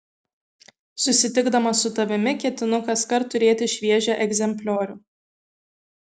susitikdamas su tavimi ketinu kaskart turėti šviežią egzempliorių